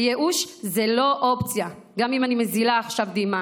ייאוש זאת לא אופציה, גם אם אני מזילה עכשיו דמעה,